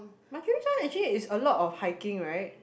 Majerus one actually is a lot of hiking [right]